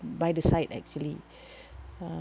by the side actually uh